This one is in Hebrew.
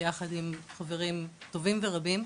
ביחד עם חברים טובים ורבים.